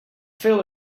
feel